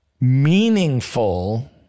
meaningful